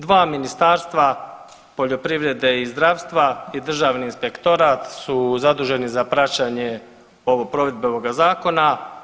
Dva Ministarstva poljoprivrede i zdravstva i državni inspektorat su zaduženi za praćenje ovog provedbenoga zakona.